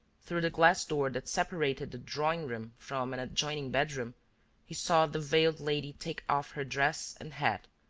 through the glass door that separated the drawing-room from an adjoining bedroom he saw the veiled lady take off her dress and hat,